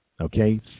Okay